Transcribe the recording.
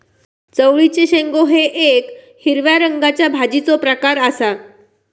चवळीचे शेंगो हे येक हिरव्या रंगाच्या भाजीचो प्रकार आसा